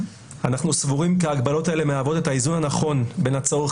אנחנו סבורים כי ההגבלות האלה מהוות את האיזון הנכון בין הצורך